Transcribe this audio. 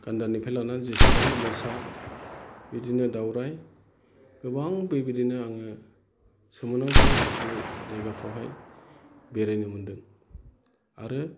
गान्दानिफ्राय लानानै जेसेबां मोसा बिदिनो दावराइ गोबां बेबायदिनो आङो सोमोनांथाव बे जायगाफोरावहाय बेरायनो मोनदों आरो